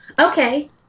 Okay